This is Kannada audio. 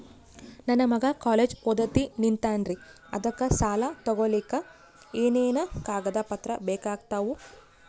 ನನ್ನ ಮಗ ಕಾಲೇಜ್ ಓದತಿನಿಂತಾನ್ರಿ ಅದಕ ಸಾಲಾ ತೊಗೊಲಿಕ ಎನೆನ ಕಾಗದ ಪತ್ರ ಬೇಕಾಗ್ತಾವು?